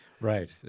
Right